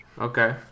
Okay